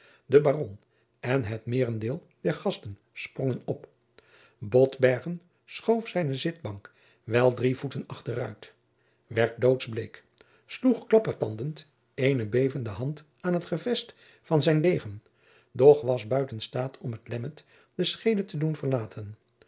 de baron en het meerendeel der gasten sprongen op botbergen schoof zijnen zitbank wel drie voeten achteruit werd doodsbleek sloeg klappertandend eene bevende hand aan t gevest van zijn degen doch was buiten staat om het lemmer de schede te doen verlaten